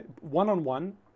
one-on-one